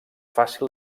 fàcil